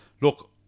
Look